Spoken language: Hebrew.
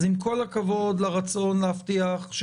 אז,